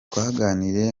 twaganiriye